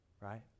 right